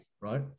right